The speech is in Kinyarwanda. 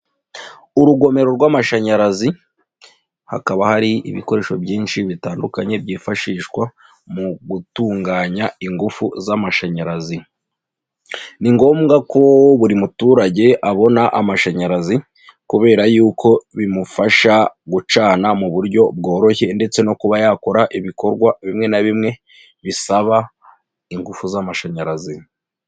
Urugomero rw'amashanyarazi hakaba hari ibikoresho byinshi bitandukanye byifashishwa mu gutunganya ingufu z'amashanyarazi, ni ngombwa ko buri muturage abona amashanyarazi kubera yuko bimufasha gucana mu buryo bworoshye ndetse no kuba yakora ibikorwa bimwe na bimwe bisaba ingufu z'amashanyarazi.